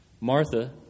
Martha